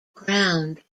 ground